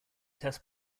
test